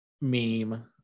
meme